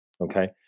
Okay